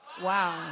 Wow